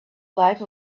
life